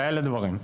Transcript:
כאלה דברים.